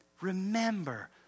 Remember